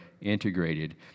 integrated